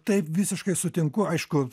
taip visiškai sutinku aišku